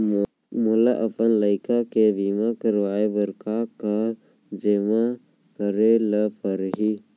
मोला अपन लइका के बीमा करवाए बर का का जेमा करे ल परही?